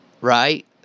right